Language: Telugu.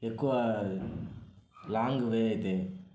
ఎక్కువ లాంగ్వే ఇది